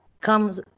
comes